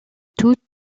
toute